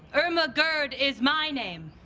irma gerd is my name.